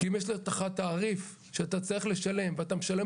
כי אם יש לך תעריף שאתה צריך לשלם ואתה משלם